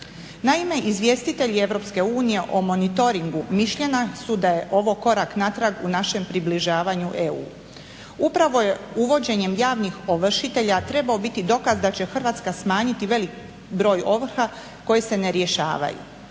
Naime, izvjestitelji EU o monitoringu mišljenja su da je ovo korak natrag u našem približavanju EU. Upravo je uvođenjem javnih ovršitelja trebao biti dokaz da će Hrvatska smanjiti velik broj ovrha koje se ne rješavaju,